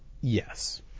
Yes